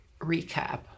recap